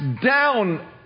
down